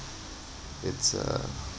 it's uh